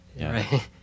right